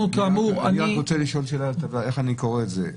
אני רוצה לשאול איך אני קורא את זה.